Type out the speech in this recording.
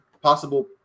possible